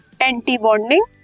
Anti-bonding